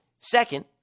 Second